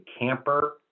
camper